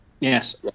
Yes